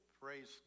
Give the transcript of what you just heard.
praise